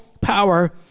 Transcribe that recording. power